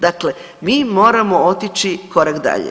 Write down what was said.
Dakle, mi moramo otići korak dalje.